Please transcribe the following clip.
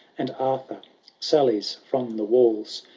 and arthur sallies from the walls.